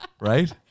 right